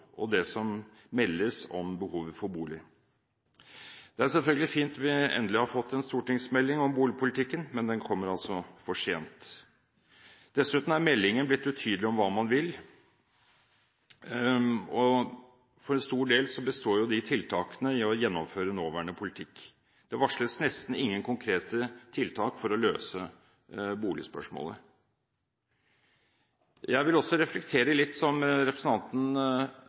og det som meldes om behovet for boliger. Det er selvfølgelig fint at vi endelig har fått en stortingsmelding om boligpolitikken, men den kommer altså for sent. Dessuten er meldingen veldig utydelig om hva man vil, og for en stor del består jo disse tiltakene i å gjennomføre nåværende politikk. Det varsles nesten ingen konkrete tiltak for å løse boligspørsmålet. Jeg vil reflektere litt – som representanten